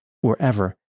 wherever